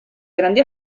grandi